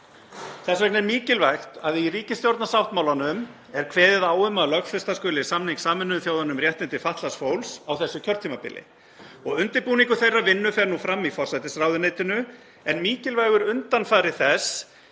Þess vegna er mikilvægt að í ríkisstjórnarsáttmálanum er kveðið á um að lögfesta skuli samning Sameinuðu þjóðanna um réttindi fatlaðs fólks á þessu kjörtímabili og fer undirbúningur þeirrar vinnu nú fram í forsætisráðuneytinu, en mikilvægur undanfari þess